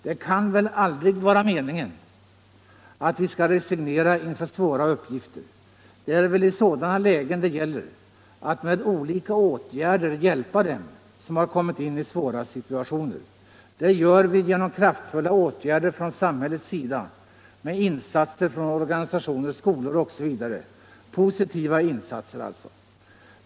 Det kan väl aldrig vara meningen att vi skall resignera inför svåra uppgifter. Det är i sådana lägen det gäller att med olika åtgärder hjälpa dem som har kommit in i besvärliga situationer. Detta gör vi genom kraftfulla åtgärder från samhällets sida, med insatser från organisationer, skolor osv. — positiva insatser, alltså.